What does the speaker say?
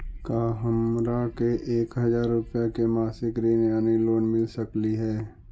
का हमरा के एक हजार रुपया के मासिक ऋण यानी लोन मिल सकली हे?